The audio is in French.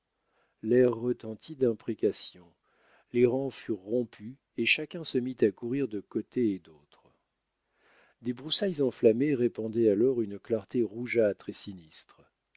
l'air retentit d'imprécations les rangs furent rompus et chacun se mit à courir de côté et dautre des broussailles enflammées répandaient alors une clarté rougeâtre et sinistre